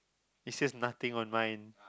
it says nothing on mine